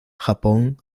japón